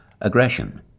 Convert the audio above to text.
Aggression